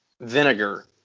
Vinegar